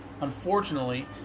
Unfortunately